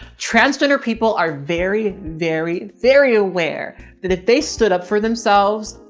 transgender people are very, very, very aware that if they stood up for themselves,